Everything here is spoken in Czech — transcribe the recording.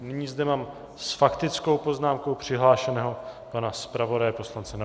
Nyní zde mám s faktickou poznámkou přihlášeného pana zpravodaje poslance Navrkala.